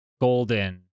Golden